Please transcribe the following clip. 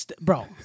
bro